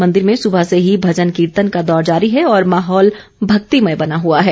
मंदिर में सुबह से ही भजन कीर्तन का दौर जारी है और माहौल भक्तिमय बना हुआ है